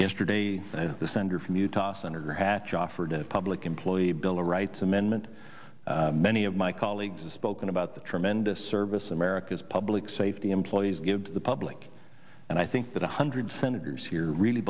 yesterday and the senator from utah senator hatch offered a public employee bill of rights amendment many of my colleagues has spoken about the tremendous service america's public safety employees give to the public and i think that one hundred senators here really